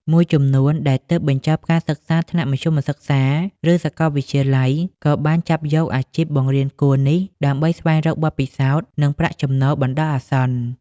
មួយចំនួនដែលទើបបញ្ចប់ការសិក្សាថ្នាក់មធ្យមសិក្សា ឬសាកលវិទ្យាល័យ ក៏បានចាប់យកអាជីពបង្រៀនគួរនេះដើម្បីស្វែងរកបទពិសោធន៍ និងប្រាក់ចំណូលបណ្តោះអាសន្ន។